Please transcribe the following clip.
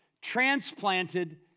transplanted